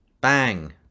Bang